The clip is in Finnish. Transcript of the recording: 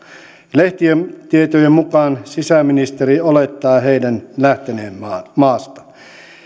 lehtitietojen mukaan sisäministeri olettaa heidän lähteneen maasta maasta